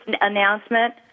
announcement